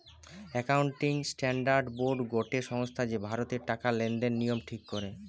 accounting standard board গটে সংস্থা যে ভারতের টাকা লেনদেনের নিয়ম ঠিক করে